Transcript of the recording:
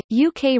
UK